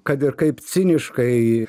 kad ir kaip ciniškai